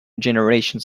generations